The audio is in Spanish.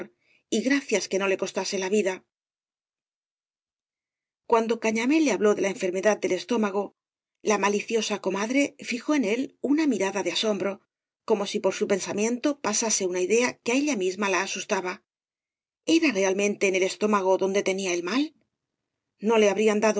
y gracias que no le costase la vida cuando cañamél le habló de la enfermedad del estómago la maliciosa comadre fijó en él una mirada de asombro como si por su pensamiento pasase una idea que á ella misma la asustaba era realmente en el estómago donde tenía el mal no le habrían dado